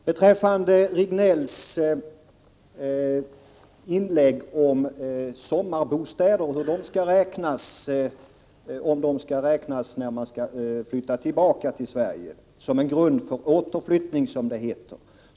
Göran Riegnell berörde i sitt inlägg frågan om huruvida sommarbostäder skall anses utgöra grund för återflyttning, som det heter.